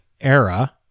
era